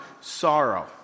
sorrow